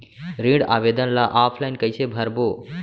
ऋण आवेदन ल ऑफलाइन कइसे भरबो?